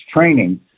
training